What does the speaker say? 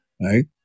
right